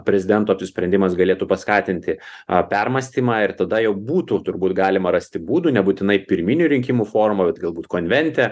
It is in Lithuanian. prezidento apsisprendimas galėtų paskatinti a permąstymą ir tada jau būtų turbūt galima rasti būdų nebūtinai pirminių rinkimų formų bet galbūt konvente